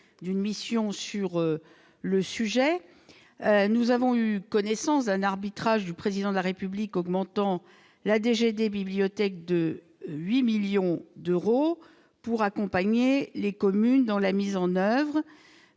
d'une mission sur le sujet, nous avons eu connaissance d'un arbitrage du président de la République, augmentant la DG des bibliothèques de 8 millions d'euros pour accompagner les communes dans la mise en oeuvre